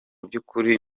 by’ukuri